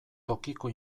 tokiko